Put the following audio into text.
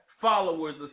Followers